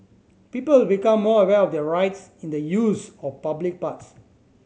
people will become more aware of their rights in the use of public paths